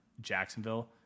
Jacksonville